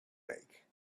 make